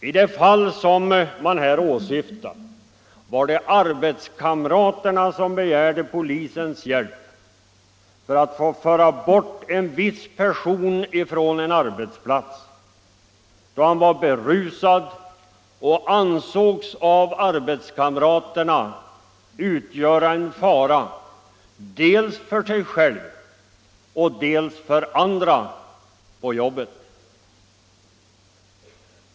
I det fall som man här åsyftar var det arbetskamraterna som begärde polisens hjälp för att föra bort en viss person från en arbetsplats, då han var berusad och av arbetskamraterna ansågs utgöra en fara dels för sig själv, dels för andra på jobbet.